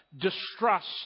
distrust